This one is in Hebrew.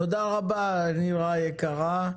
תודה רבה, נירה יקרה.